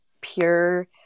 pure